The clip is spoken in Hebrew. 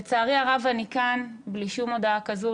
לצערי הרב אני כאן בלי שום הודעה כזו,